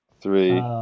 three